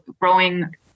growing